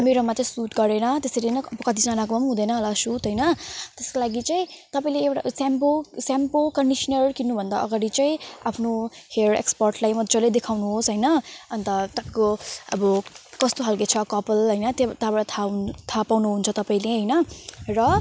मेरोमा चाहिँ सुट गरेन त्यसरी नै कतिजनाको हुँदैन होला सुट होइन त्यसको लागि चाहिँ तपाईँले एउटा स्याम्पो स्याम्पो कन्डिस्नर किन्नु भन्दा अगाडि चाहिँ आफ्नो हेयर एक्सपर्टलाई मजाले देखाउनु होस् होइन अन्त तपाईँको अब कस्तो खाले छ कपाल होइन त्यहाँबाट थाहा पाउनु हुन्छ तपाईँले होइन र